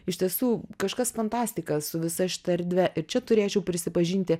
iš tiesų kažkas fantastika su visa šita erdve ir čia turėčiau prisipažinti